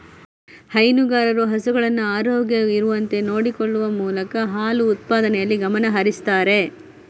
ಹೈನುಗಾರರು ಹಸುಗಳನ್ನ ಆರೋಗ್ಯವಾಗಿ ಇರುವಂತೆ ನೋಡಿಕೊಳ್ಳುವ ಮೂಲಕ ಹಾಲು ಉತ್ಪಾದನೆಯಲ್ಲಿ ಗಮನ ಹರಿಸ್ತಾರೆ